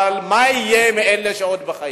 אלא מה יהיה עם אלה שעוד בחיים,